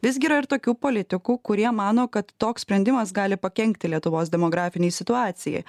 visgi yra ir tokių politikų kurie mano kad toks sprendimas gali pakenkti lietuvos demografinei situacijai